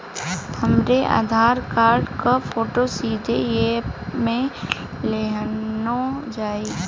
हमरे आधार कार्ड क फोटो सीधे यैप में लोनहो जाई?